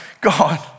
God